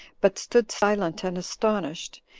but stood silent and astonished,